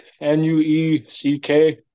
N-U-E-C-K